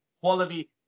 quality